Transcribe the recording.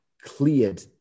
cleared